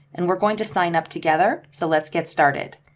and we're going to sign up together. so let's get started.